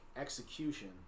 execution